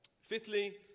Fifthly